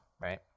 right